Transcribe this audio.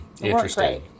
Interesting